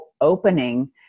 opening